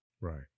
Right